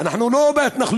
אנחנו לא בהתנחלויות.